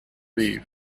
leave